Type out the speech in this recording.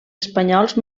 espanyols